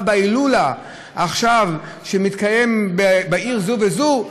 בהילולה שמתקיימת עכשיו בעיר זו וזו,